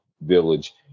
village